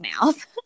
mouth